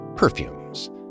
perfumes